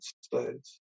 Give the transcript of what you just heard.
States